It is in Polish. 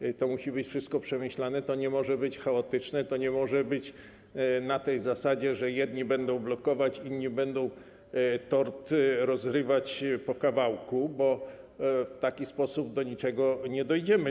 To wszystko musi być przemyślane, to nie może być chaotyczne, to nie może być na tej zasadzie, że jedni będą blokować, inni będą tort rozrywać po kawałku, bo w taki sposób do niczego nie dojdziemy.